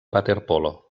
waterpolo